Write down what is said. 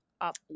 up